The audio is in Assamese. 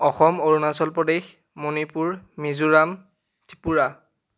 অসম অৰুণাচল প্ৰদেশ মণিপুৰ মিজোৰাম ত্ৰিপুৰা